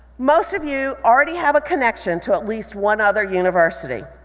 most of you already have a connection to at least one other university.